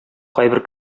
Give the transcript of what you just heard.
кайбер